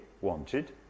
wanted